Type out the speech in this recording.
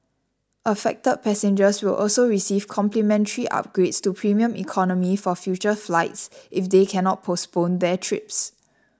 affected passengers will also receive complimentary upgrades to premium economy for future flights if they cannot postpone their trips